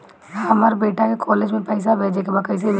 हमर बेटा के कॉलेज में पैसा भेजे के बा कइसे भेजी?